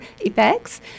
effects